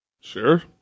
Sure